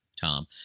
Tom